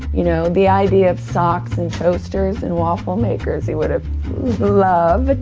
you know, the idea of socks and toasters and waffle makers, he would have loved.